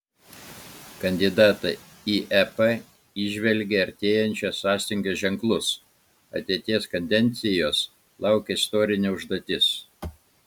kandidatai į ep įžvelgė artėjančio sąstingio ženklus ateities kadencijos laukia istorinė užduotis